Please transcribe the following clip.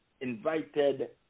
invited